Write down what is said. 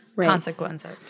consequences